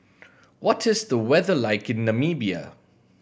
what is the weather like in Namibia